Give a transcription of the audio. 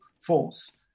force